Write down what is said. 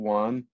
one